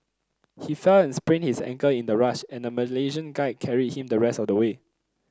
he fell and sprained his ankle in the rush and a Malaysian guide carried him the rest of the way